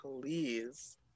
please